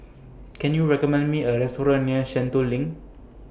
Can YOU recommend Me A Restaurant near Sentul LINK